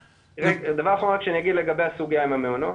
דבר אחרון שאגיד לגבי הסוגיה עם המעונות,